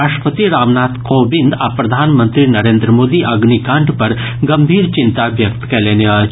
राष्ट्रपति रामनाथ कोविंद आ प्रधानमंत्री नरेंद्र मोदी अग्निकांड पर गंभीर चिंता व्यक्त कयलनि अछि